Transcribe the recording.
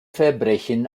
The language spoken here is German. verbrechen